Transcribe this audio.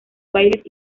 bailes